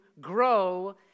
grow